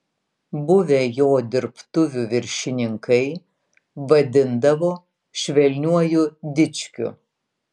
buvę jo dirbtuvių viršininkai vadindavo švelniuoju dičkiu